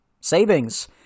Savings